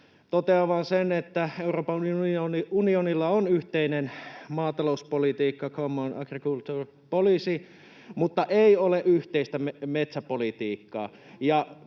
Totean vain sen, että Euroopan unionilla on yhteinen maatalouspolitiikka, Common Agricultural Policy, mutta sillä ei ole yhteistä metsäpolitiikkaa.